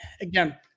Again